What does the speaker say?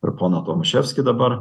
ir poną tomaševskį dabar